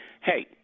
hey